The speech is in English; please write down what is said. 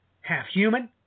half-human